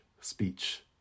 speech